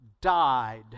died